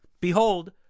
Behold